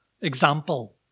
example